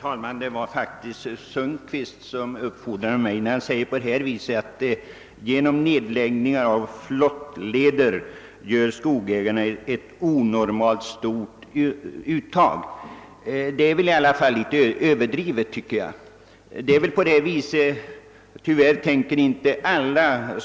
Herr talman! Herr Sundkvist uppfordrade mig att begära ordet när han sade att skogsägarna på grund av nedläggningen av flottleder gör ett onormalt stort uttag. Detta påstående är väl ändå litet överdrivet.